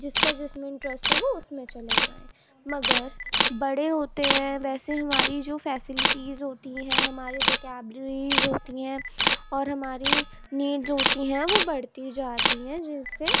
جس کا جس میں انٹیریسٹ ہے وہ اس میں چلے جائیں مگر بڑے ہوتے ہیں ویسے ہماری جو فیسیلٹیز ہوتی ہیں ہماری وکیبلریز ہوتی ہیں اور ہماری نیڈز ہوتی ہیں وہ بڑھتی جاتی ہیں جن سے